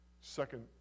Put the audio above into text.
Second